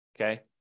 Okay